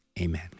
amen